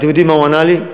אתם יודעים מה הוא ענה לי,